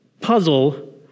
puzzle